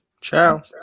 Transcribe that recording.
ciao